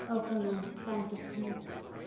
okay ma'am thank you so much